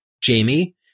Jamie